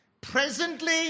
Presently